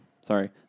Sorry